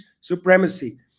supremacy